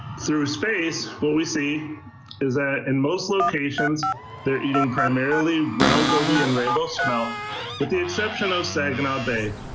through space. what we see is that in and most locations they're eating primarily round goby and rainbow smelt with the exception of saginaw bay.